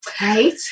Right